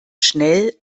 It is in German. schnell